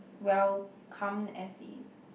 welcome as he